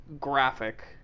graphic